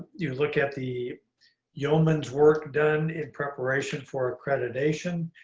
you look at the yeoman's work done in preparation for accreditation,